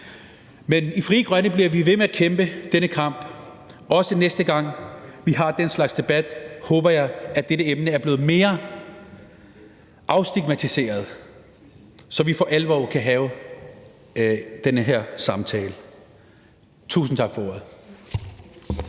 Men i Frie Grønne bliver vi ved med at kæmpe denne kamp. Næste gang vi har denne slags debat, håber jeg at dette emne er blevet mere afstigmatiseret, så vi for alvor kan have den her samtale. Tusind tak for ordet.